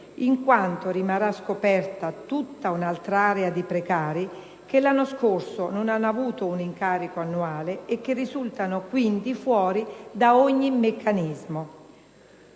in quanto rimarrà scoperta tutta un'altra area di precari che l'anno scorso non hanno avuto un incarico annuale e che risultano quindi fuori da ogni meccanismo.